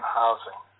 housing